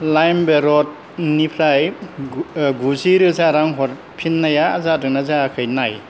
लाइमरडनिफ्राय गुजिरोजा रां हरफिन्नाया जादोंना जायाखै नाय